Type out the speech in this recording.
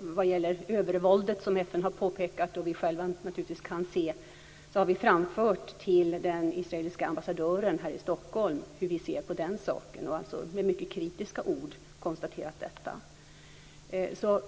Vad gäller det övervåld som FN har påtalat och som vi själva kan se har vi framfört till den israeliske ambassadören i Stockholm hur vi ser på den saken. Vi har konstaterat det med kritiska ord.